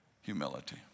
Humility